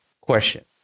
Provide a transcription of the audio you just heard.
question